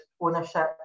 ownership